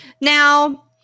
Now